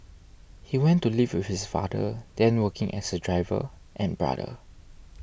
he went to live with his father then working as a driver and brother